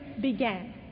began